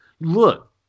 Look